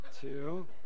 two